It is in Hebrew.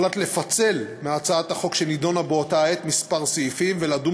הוחלט לפצל מהצעת החוק שנדונה באותה העת כמה סעיפים ולדון